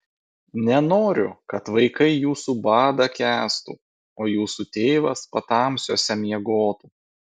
nenoriu kad vaikai jūsų badą kęstų o jūsų tėvas patamsiuose miegotų